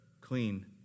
clean